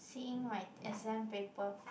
seeing my exam paper